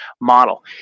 model